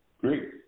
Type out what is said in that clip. Great